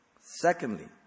Secondly